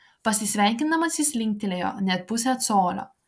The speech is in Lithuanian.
pasisveikindamas jis linktelėjo net pusę colio